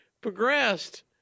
progressed